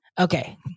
okay